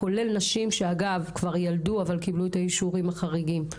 כולל נשים שכבר ילדו אבל קבלו את האישורים החריגים.